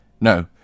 No